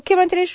मुख्यमंत्री श्री